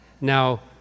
Now